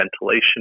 ventilation